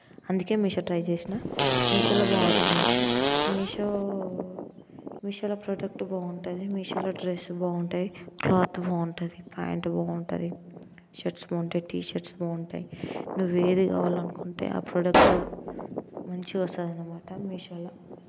అందుకే మీషో ట్రై చేసినాను మీషోలో బాగా వచ్చినాయి మీషో మీషోలో ప్రోడక్ట్ బాగుంటుంది మీషో డ్రస్ బాగుంటాయి క్లాత్ బాగుంటుంది ప్యాంట్ బాగుంటుంది షర్ట్స్ బాగుంటాయి టీ షర్ట్స్ బాగుంటాయి నువ్వు ఏది కావాలనుకుంటే ఆ ప్రోడక్ట్ మంచిగొస్తాదనమాట మీషోలో